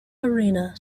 arena